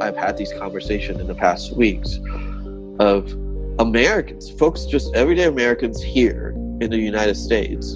i've had this conversation in the past weeks of americans, folks, just everyday americans here in the united states